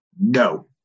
no